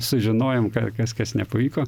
sužinojom ka kas kas nepavyko